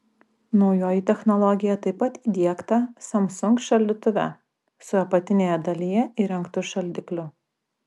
naujoji technologija taip pat įdiegta samsung šaldytuve su apatinėje dalyje įrengtu šaldikliu